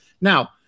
Now